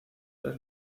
las